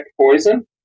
poison